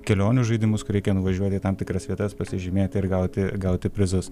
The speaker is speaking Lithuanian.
kelionių žaidimus kur reikia nuvažiuoti į tam tikras vietas pasižymėti ir gauti gauti prizus